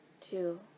two